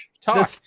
talk